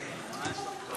הצבעה.